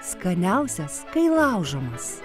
skaniausias kai laužomas